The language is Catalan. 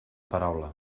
paraula